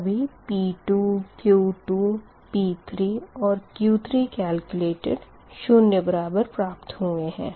सभी P2 Q2 P3 और Q3 calculated शून्य बराबर प्राप्त हुए है